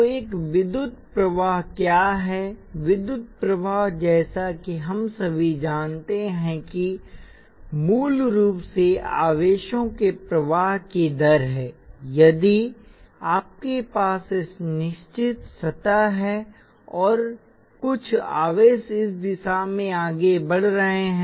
तो एक विद्युत प्रवाह क्या है विद्युत प्रवाह जैसा कि हम सभी जानते हैं कि मूल रूप से आवेशों के प्रवाह की दर है यदि आपके पास एक निश्चित सतह है और कुछ आवेश इस दिशा में आगे बढ़ रहे हैं